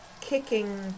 kicking